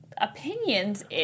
opinions